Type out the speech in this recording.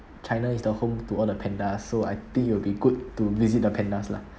china is the home to all the pandas so I think it'll be good to visit the pandas lah